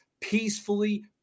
peacefully